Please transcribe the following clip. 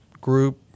group